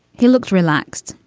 he looked relaxed,